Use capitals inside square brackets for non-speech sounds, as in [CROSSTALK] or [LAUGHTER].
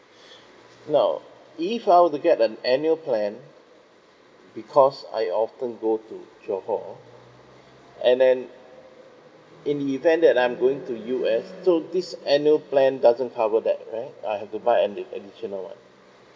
[BREATH] now if I want to get an annual plan because I often go to johor and then in the event that I'm going to U_S so this annual plan doesn't cover that right I have to buy an addi~ additional one